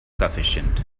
sufficient